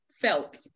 felt